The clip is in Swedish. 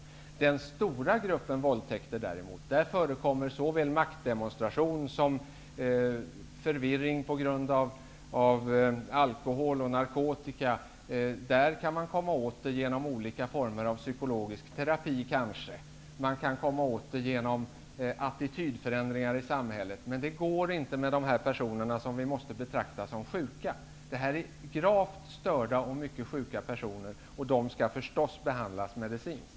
Inom den stora gruppen av våldtäktsmän förekommer däremot såväl maktdemonstration som förvirring på grund av alkohol och narkotika. Där går det kanske att komma åt problemet med hjälp av psykologisk terapi. Det går att komma åt detta med hjälp av attitydförändringar i samhället. Men det går inte med de personer som vi måste betrakta som sjuka. Det är fråga om gravt störda och mycket sjuka personer, och de skall givetvis behandlas medicinskt.